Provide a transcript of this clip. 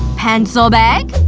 pencil bag.